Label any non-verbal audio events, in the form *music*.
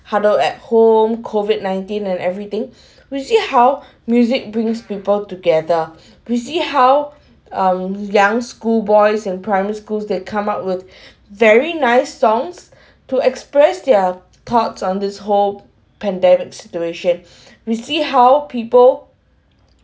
huddled at home COVID-nineteen and everything *breath* we see how music brings people together *breath* we see how um young school boys in primary schools they come up *breath* with very nice songs *breath* to express their thoughts on this hope pandemic situation *breath* we see how people